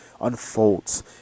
unfolds